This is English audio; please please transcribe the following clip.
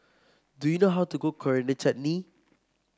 do you know how to cook Coriander Chutney